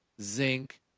zinc